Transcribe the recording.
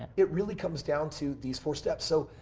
it really comes down to these four steps. so,